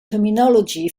terminology